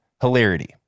hilarity